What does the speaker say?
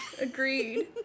Agreed